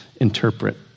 interpret